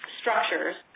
structures